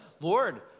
Lord